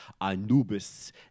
Anubis